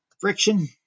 friction